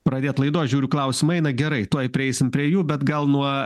pradėti laidos žiūriu klausimai na gerai tuoj prieisime prie jų bet gal nuo